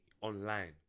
online